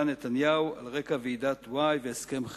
נתניהו על רקע ועידת וואי והסכם חברון.